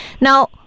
Now